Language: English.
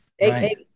right